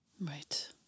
Right